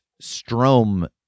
Strom